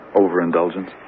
overindulgence